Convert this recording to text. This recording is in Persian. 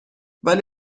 ولی